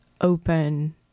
open